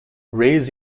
reyes